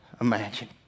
imagine